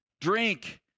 drink